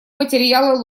материалы